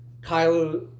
Kylo